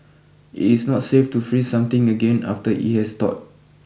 it is not safe to freeze something again after it has thawed